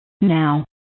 now